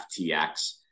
FTX